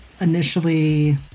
initially